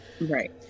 Right